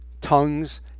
tongues